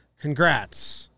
Congrats